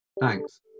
Thanks